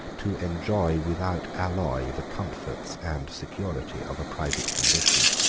to enjoy without alloy the comforts and security of a private condition.